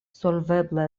solvebla